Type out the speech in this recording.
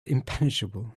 impenetrable